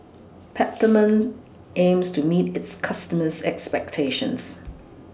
Peptamen aims to meet its customers' expectations